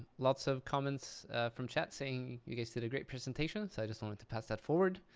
lots of comments from chat saying you guys did a great presentation, and so i just wanted to pass that forward,